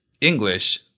English